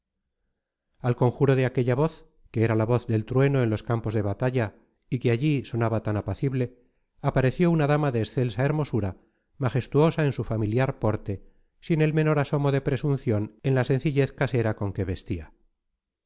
al conjuro de aquella voz que era la voz del trueno en los campos de batalla y que allí sonaba tan apacible apareció una dama de excelsa hermosura majestuosa en su familiar porte sin el menor asomo de presunción en la sencillez casera con que vestía